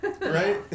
Right